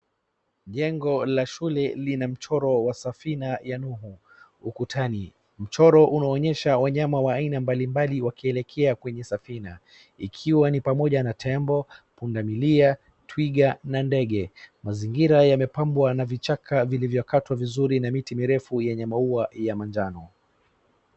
Jengo la shule lina mchoro wa safina ya Nuhu ukutani. Mchoro unaonyesha wanyama wa aina mbalimbali wakielekea kwenye safina, ikiwa ni pamoja na; tembo, pundamilia, twiga na ndege. Mazingira yamepambwa na vichaka vilivyokatwa vizuri na miti mirefu yenye maua ya manjano.